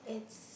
it's